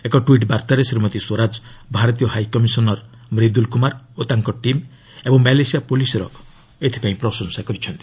ଏକ ଟ୍ୱିଟ୍ ବାର୍ଭାରେ ଶ୍ରୀମତୀ ସ୍ୱରାଜ ଭାରତୀୟ ହାଇକମିଶନର୍ ମ୍ରିଦୁଲ୍ କୁମାର ଓ ତାଙ୍କ ଟିମ୍ ଏବଂ ମ୍ୟାଲେସିଆ ପୁଲିସ୍ର ପ୍ରଶଂସା କରିଛନ୍ତି